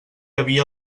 havia